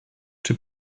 czy